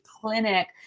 clinic